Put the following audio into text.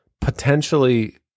Potentially